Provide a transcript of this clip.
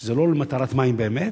וזה לא למטרת מים באמת.